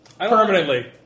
permanently